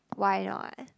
why not